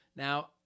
Now